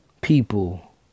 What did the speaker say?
people